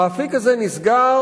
האפיק הזה נסגר,